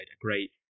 great